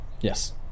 Yes